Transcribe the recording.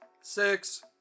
Six